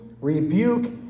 rebuke